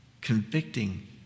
convicting